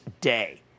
day